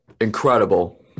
incredible